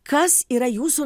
kas yra jūsų